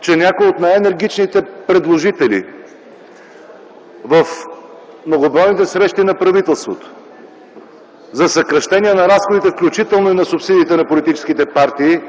че някои от най-енергичните предложители в многобройните срещи на правителството за съкращение на разходите, включително и на субсидиите на политическите партии,